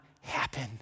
happen